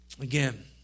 again